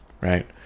right